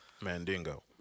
Mandingo